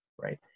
right